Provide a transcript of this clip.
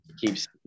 keeps